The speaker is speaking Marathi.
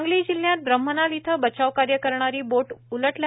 सांगली जिल्ह्यात ब्रम्हनाल इथं बचाव कार्य करणारी बोट उलटी